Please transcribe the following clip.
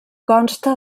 consta